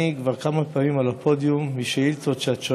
אני כבר כמה פעמים על הפודיום עם שאילתות שאת שואלת,